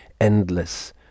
endless